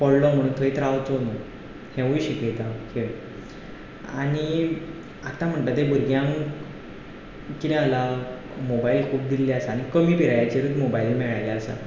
पडलो म्हूण थंयच रावचो न्हू हेंवूय शिकयता खेळ आनी आतां म्हणटा तें भुरग्यांक कितें जालां मोबायल खूब दिल्ले आसा आनी कमी पिरायचेरूच मोबायल मेळ्ळे आसा